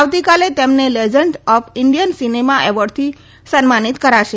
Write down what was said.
આવતીકાલે તેમને legend of Indian cinema એવોર્ડથી સન્માનિત કરાશે